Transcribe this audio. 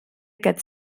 aquest